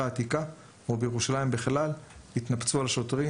העתיקה או בירושלים בכלל התנפצו על שוטרים.